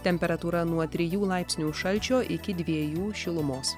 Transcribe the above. temperatūra nuo trijų laipsnių šalčio iki dviejų šilumos